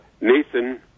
Nathan